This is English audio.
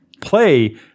Play